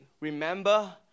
Remember